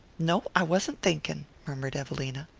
no. i wasn't thinking, murmured evelina.